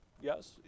Yes